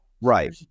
Right